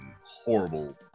horrible